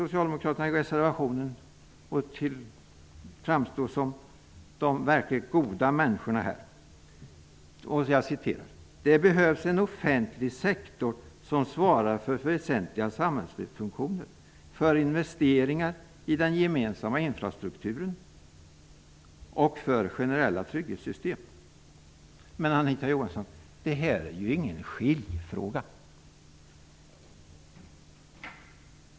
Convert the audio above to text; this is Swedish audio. Socialdemokraterna försöker i reservationen framstå som de verkligen goda människorna. Jag citerar ur den socialdemokratiska reservationen: ''Det behövs en offentlig sektor som svarar för väsentliga samhällsfunktioner, för investeringar i den gemensamma infrastrukturen och för generella trygghetssystem.'' Men detta är ju inte, Anita Johansson, någon skiljefråga!